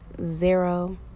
zero